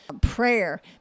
prayer